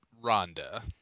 Rhonda